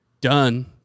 done